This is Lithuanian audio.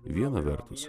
viena vertus